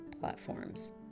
platforms